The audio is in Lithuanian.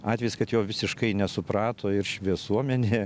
atvejis kad jo visiškai nesuprato ir šviesuomenė